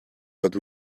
but